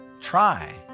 Try